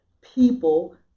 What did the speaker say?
people